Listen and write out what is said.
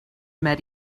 met